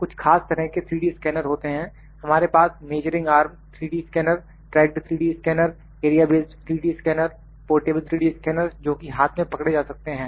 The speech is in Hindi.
कुछ खास तरह के 3D स्केनर होते हैं हमारे पास measuring arm 3D scanner tracked 3D scanner area based 3D scanner portable 3D scanner जोकि हाथ में पकड़े जा सकते हैं